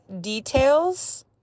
details